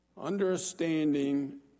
Understanding